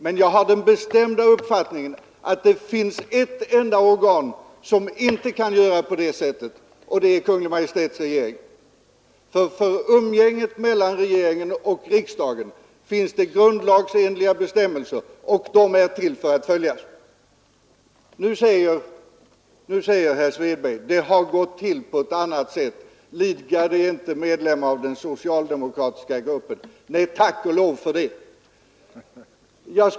Men jag har den bestämda uppfattningen att det finns ett organ som inte kan göra på det sättet, och det är Kungl. Maj:ts regering. Det finns grundlagsenliga bestämmelser beträffande umgänget mellan regering och riksdag och de är till för att följas. Herr Svedberg säger att det har gått till på ett annat sätt och att herr Lidgard inte är medlem av den socialdemokratiska gruppen. Nej, tack och lov för det.